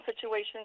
situations